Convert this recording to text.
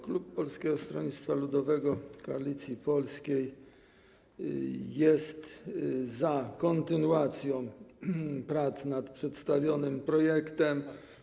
Klub Polskiego Stronnictwa Ludowego - Koalicji Polskiej jest za kontynuacją prac nad przedstawionym projektem.